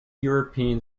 european